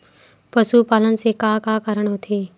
पशुपालन से का का कारण होथे?